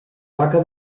vaca